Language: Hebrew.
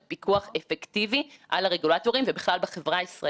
בנק ישראל מוציא תגובה חריפה מאוד ואומר שהדוח